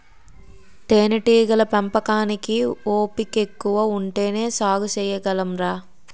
తేనేటీగల పెంపకానికి ఓపికెక్కువ ఉంటేనే సాగు సెయ్యగలంరా